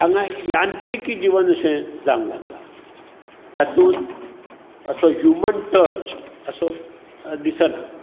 हांगा यांत्रीकी जिवन अशे जावंक लागला तातूंत असो ह्यूमन टच असो दिसना